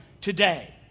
today